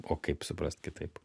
o kaip suprast kitaip